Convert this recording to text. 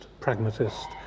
pragmatist